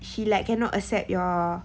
he like cannot accept your